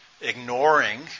ignoring